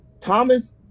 Thomas